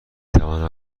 توانم